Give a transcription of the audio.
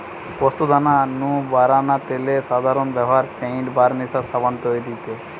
পোস্তদানা নু বারানা তেলের সাধারন ব্যভার পেইন্ট, বার্নিশ আর সাবান তৈরিরে